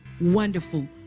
wonderful